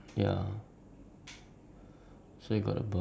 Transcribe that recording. point five is half an hour